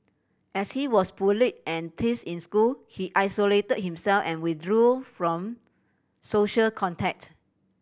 as he was bullied and teased in school he isolated himself and withdrew from social contact